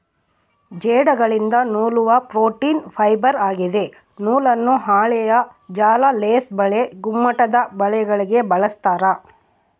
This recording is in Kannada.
ಜೇಡಗಳಿಂದ ನೂಲುವ ಪ್ರೋಟೀನ್ ಫೈಬರ್ ಆಗಿದೆ ನೂಲನ್ನು ಹಾಳೆಯ ಜಾಲ ಲೇಸ್ ಬಲೆ ಗುಮ್ಮಟದಬಲೆಗಳಿಗೆ ಬಳಸ್ತಾರ